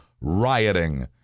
rioting